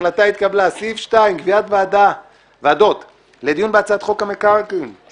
הצבעה בעד, הרוב נגד, אין נמנעים, אין